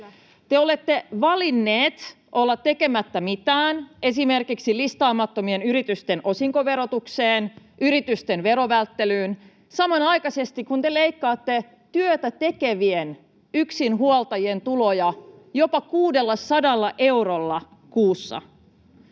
Te olette valinneet olla tekemättä mitään esimerkiksi listaamattomien yritysten osinkoverotukseen, yritysten verovälttelyyn, samanaikaisesti kun te leikkaatte työtä tekevien yksinhuoltajien tuloja jopa 600 eurolla kuussa.